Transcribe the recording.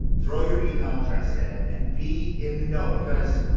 throw your email address in, and be in the know, because,